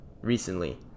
recently